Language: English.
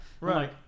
Right